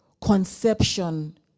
conception